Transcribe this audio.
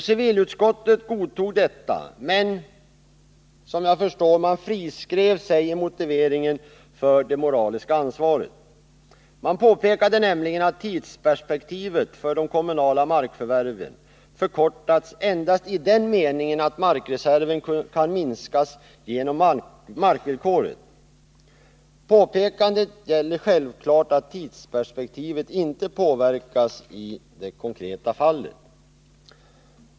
Civilutskottet godtog detta, men friskrev sig i motiveringen för det moraliska ansvaret. Utskottet påpekade nämligen att tidsperspektivet för de kommunala förvärven förkortats endast i den meningen att markreserven kunde minskas genom markvillkoret. Påpekandet gäller självfallet att tidsperspektivet inte påverkas i det konkreta fallet.